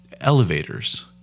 elevators